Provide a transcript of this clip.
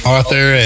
Arthur